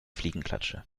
fliegenklatsche